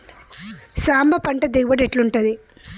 సాంబ పంట దిగుబడి ఎట్లుంటది?